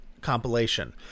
compilation